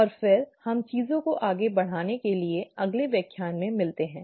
और फिर हम चीजों को आगे बढ़ाने के लिए अगले व्याख्यान में मिलते हैं